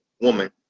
woman